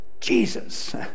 Jesus